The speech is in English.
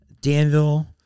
Danville